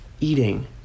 Eating